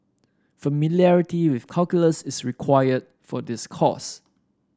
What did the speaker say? familiarity with calculus is required for this course